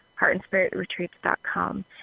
heartandspiritretreats.com